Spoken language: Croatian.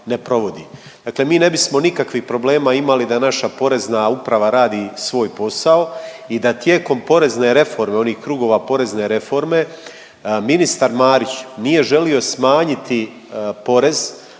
Dakle, mi ne bismo nikakvih problema imali da naša Porezna uprava radi svoj posao i da tijekom porezne reforme, onih krugova porezne reforme ministar Marić nije želio smanjiti porez